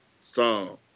song